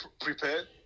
prepared